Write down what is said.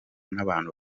n’abantu